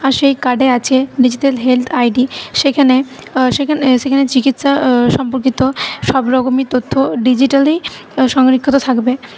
আর সেই কার্ডে আছে ডিজিটাল হেলথ আইডি সেখানে সেখানে সেখানে চিকিৎসা সম্পর্কিত সব রকমই তথ্য ডিজিটালেই সংরক্ষিত থাকবে